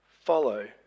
follow